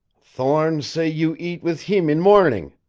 thorne say you eat with heem in mornin'.